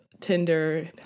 Tinder